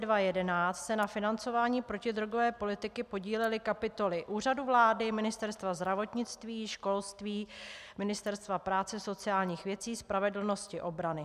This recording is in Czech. V letech 2010/2011 se na financování protidrogové politiky podílely kapitoly Úřadu vlády, Ministerstva zdravotnictví, školství, Ministerstva práce a sociálních věcí, spravedlnosti, obrany.